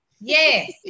Yes